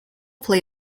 play